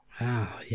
Wow